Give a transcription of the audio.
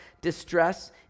distress